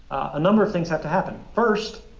a number of things have to happen. first,